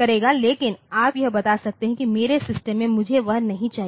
करेगा लेकिन आप यह बता सकते हैं कि मेरे सिस्टम में मुझे वह नहीं चाहिए